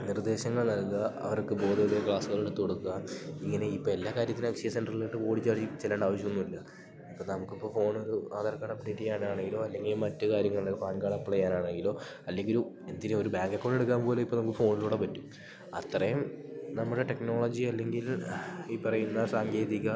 നിർദ്ദേശങ്ങൾ നൽകുക അവർക്ക് ബോധോദയ ക്ലാസ്സുകൾ എടുത്തു കൊടുക്കുക ഇങ്ങനെ ഇപ്പോൾ എല്ലാ കാര്യത്തിനും അക്ഷയ സെൻ്ററിലോട്ട് ഓടിച്ചാടി ചെല്ലേണ്ട ആവശ്യമൊന്നുമില്ല ഇപ്പോൾ നമുക്കിപ്പോൾ ഫോൺ ഒരു ആധാർ കാർഡ് അപ്പ്ഡേറ്റ് ചെയ്യാനാണെങ്കിലോ അല്ലെങ്കിൽ മറ്റു കാര്യങ്ങൾ പാൻ കാർഡ് അപ്ലൈ ചെയ്യാനാണെങ്കിലോ അല്ലെങ്കിൽ ഒരു എന്തിന് ഒരു ബാങ്ക് അക്കൌണ്ട് എടുക്കാൻ പോലും ഇപ്പോൾ നമുക്ക് ഫോണിലൂടെ പറ്റും അത്രയും നമ്മുടെ ടെക്നോളജി അല്ലെങ്കിൽ ഈ പറയുന്ന സാങ്കേതിക